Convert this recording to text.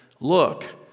Look